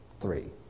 Three